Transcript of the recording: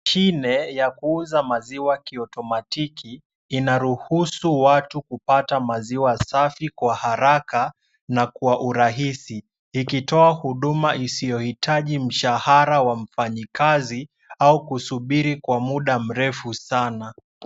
Mashine ya kuuza maziwa kiotomatiki inaruhusu watu kupata maziwa safi kwa haraka na kwa urahisi. Ikitoa huduma isiyohitaji mshahara wa mfanyakazi au kusubiri kwa muda mrefu sana.